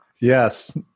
Yes